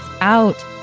out